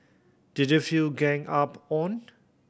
did you feel ganged up on